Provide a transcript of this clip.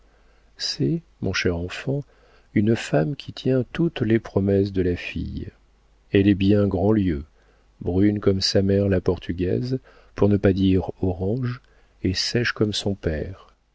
c'est mon cher enfant une femme qui tient toutes les promesses de la fille elle est bien grandlieu brune comme sa mère la portugaise pour ne pas dire orange et sèche comme son père